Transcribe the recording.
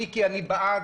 מיקי, אני בעד.